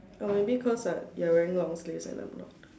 oh maybe cause I you're wearing long sleeves and I'm not